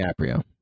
DiCaprio